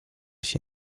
się